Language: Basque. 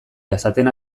jasaten